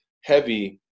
heavy